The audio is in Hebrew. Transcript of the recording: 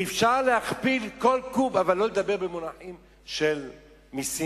אפשר להכפיל כל קוב, אבל לא לדבר במונחים של מסים.